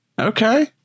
Okay